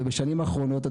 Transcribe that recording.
ובשנים האחרונות,